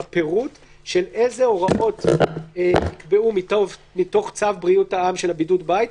בפירוט של איזה הוראות נקבעו מתוך צו בריאות העם של בידוד הבית,